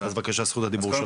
אז בבקשה זכות הדיבור היא שלך.